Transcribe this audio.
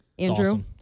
Andrew